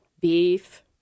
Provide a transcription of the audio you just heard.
beef